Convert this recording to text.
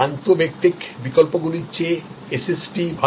আন্তঃব্যক্তিক বিকল্পগুলির চেয়ে এসএসটি ভাল